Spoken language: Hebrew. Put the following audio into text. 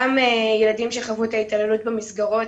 גם ילדים שחוו את ההתעללות במסגרות,